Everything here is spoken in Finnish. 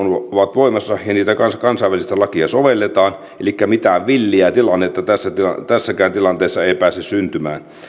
voimassa ja kansainvälistä lakia sovelletaan elikkä mitään villiä tilannetta tässäkään tilanteessa ei ei pääse syntymään